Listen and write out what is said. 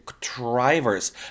drivers